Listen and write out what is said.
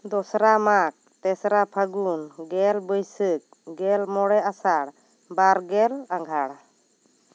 ᱫᱚᱥᱨᱟ ᱢᱟᱜᱽ ᱛᱮᱥᱨᱟ ᱯᱷᱟᱹᱜᱩᱱ ᱜᱮᱞ ᱵᱟᱭᱥᱟᱹᱠ ᱜᱮᱞ ᱢᱚᱬᱮ ᱟᱥᱟᱲ ᱵᱟᱨ ᱜᱮᱞ ᱟᱸᱜᱷᱟᱲ